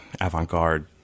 avant-garde